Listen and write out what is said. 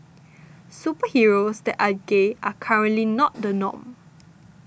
superheroes that are gay are currently not the norm